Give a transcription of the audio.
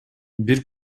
бир